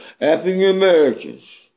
African-Americans